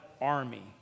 army